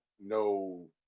no